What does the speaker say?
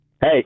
Hey